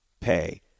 pay